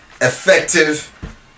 effective